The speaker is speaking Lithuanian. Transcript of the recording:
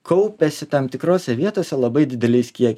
kaupiasi tam tikrose vietose labai dideliais kiekiai